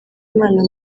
imana